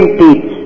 teach